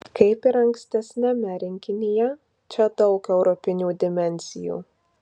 kaip ir ankstesniame rinkinyje čia daug europinių dimensijų